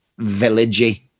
villagey